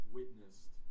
witnessed